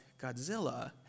Godzilla